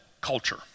culture